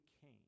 came